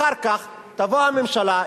אחר כך תבוא הממשלה,